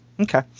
Okay